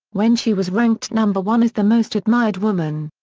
when she was ranked number one as the most admired woman.